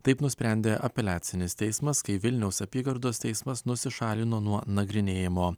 taip nusprendė apeliacinis teismas kai vilniaus apygardos teismas nusišalino nuo nagrinėjimo